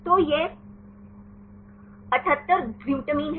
तो यह 78 ग्लू है